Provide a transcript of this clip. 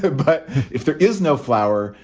but but if there is no flower,